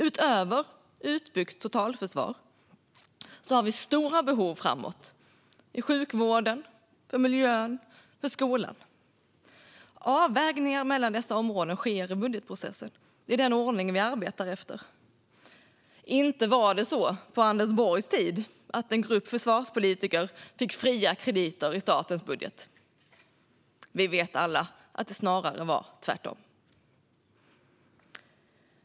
Utöver utbyggt totalförsvar har vi stora behov framåt: i sjukvården, när det gäller miljön och när det gäller skolan. Avvägningar mellan dessa områden sker i budgetprocessen. Det är den ordning vi arbetar efter. Inte var det på det sättet på Anders Borgs tid att en grupp försvarspolitiker fick fria krediter i statens budget. Vi vet alla att det snarare var tvärtom.